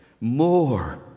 more